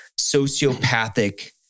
sociopathic